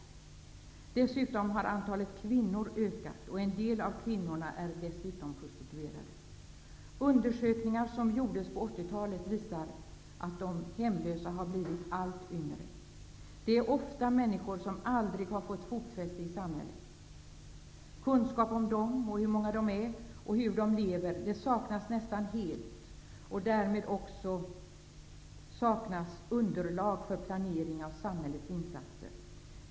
Dessutom har antalet hemlösa kvinnor ökat. En del av kvinnorna är dessutom prostituerade. Undersökningar som gjordes på 80-talet visar att de hemlösa blivit allt yngre. Det är ofta människor som aldrig har fått fotfäste i samhället. Kunskap om dem, hur många de är och hur de lever, saknas nästan helt. Därmed saknas också underlaget för planering av samhällets insatser.